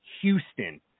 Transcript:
Houston